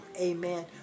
amen